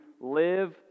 live